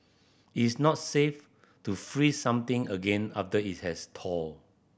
is not safe to freeze something again after it has thawed